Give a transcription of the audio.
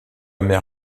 mer